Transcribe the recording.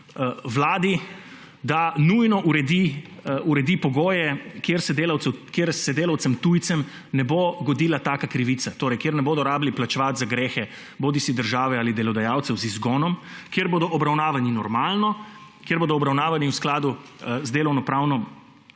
vladi, da nujno uredi pogoje, kjer se delavcem tujcem ne bo godila takšna krivica, da ne bodo rabili plačevati za grehe bodisi države ali delodajalcev z izgonom, kjer bodo obravnavani normalno, kjer bodo obravnavani v skladu z delovnopravno